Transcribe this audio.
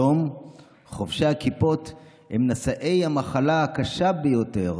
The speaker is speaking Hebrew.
היום חובשי הכיפות הם נשאי המחלה הקשה ביותר